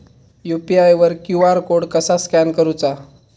UPI वर QR code कसा scan करूचा?